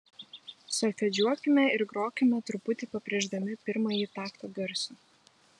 solfedžiuokime ir grokime truputį pabrėždami pirmąjį takto garsą